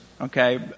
Okay